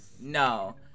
no